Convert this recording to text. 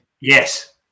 Yes